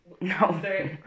No